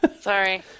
Sorry